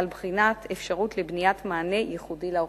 על בחינת אפשרות לבניית מענה ייחודי לאוכלוסייה.